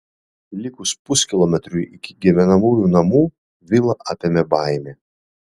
likus puskilometriui iki gyvenamųjų namų vilą apėmė baimė